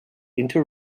into